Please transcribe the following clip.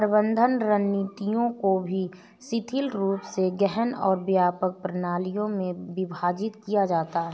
प्रबंधन रणनीतियों को भी शिथिल रूप से गहन और व्यापक प्रणालियों में विभाजित किया जाता है